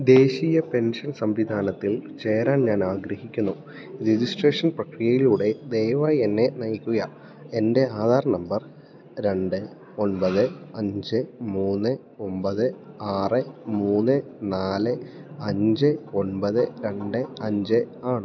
ദേശീയ പെൻഷൻ സംവിധാനത്തിൽ ചേരാൻ ഞാൻ ആഗ്രഹിക്കുന്നു രജിസ്ട്രേഷൻ പ്രക്രിയയിലൂടെ ദയവായി എന്നെ നയിക്കുക എൻ്റെ ആധാർ നമ്പർ രണ്ട് ഒൻപത് അഞ്ച് മൂന്ന് ഒന്പത് ആറ് മൂന്ന് നാല് അഞ്ച് ഒൻപത് രണ്ട് അഞ്ച് ആണ്